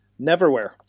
Neverwhere